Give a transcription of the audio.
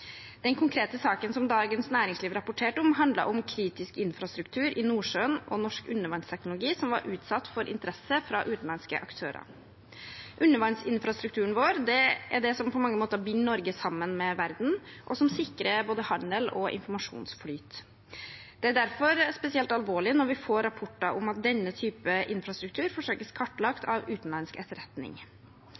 Den konkrete saken som Dagens Næringsliv rapporterte om, handlet om kritisk infrastruktur i Nordsjøen og norsk undervannsteknologi som var utsatt for interesse fra utenlandske aktører. Undervannsinfrastrukturen vår er det som på mange måter binder Norge sammen med verden og sikrer både handel og informasjonsflyt. Det er derfor spesielt alvorlig når vi får rapporter om at denne typen infrastruktur blir forsøkt kartlagt av utenlandsk etterretning.